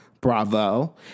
bravo